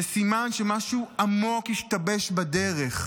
זה סימן שמשהו עמוק השתבש בדרך.